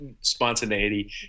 spontaneity